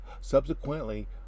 subsequently